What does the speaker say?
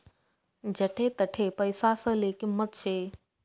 जठे तठे पैसासले किंमत शे